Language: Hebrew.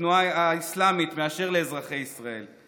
לתנועה האסלאמית מאשר למדינת ישראל.